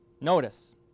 Notice